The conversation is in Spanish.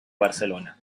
barcelona